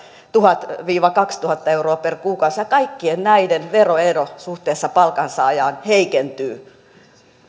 tuhat viiva kaksituhatta euroa per kuukausi ja kaikkien näiden veroero suhteessa palkansaajaan heikentyy